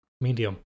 medium